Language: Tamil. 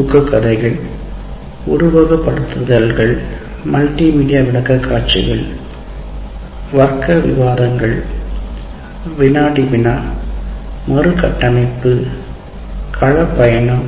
ஊக்கக் கதைகள் உருவகப்படுத்துதல்கள் மல்டிமீடியா விளக்கக்காட்சிகள் வர்க்க விவாதங்கள் வினாடி வினா மறுகட்டமைப்பு கள பயணம்